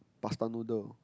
pasta noodle